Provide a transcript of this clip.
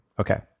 Okay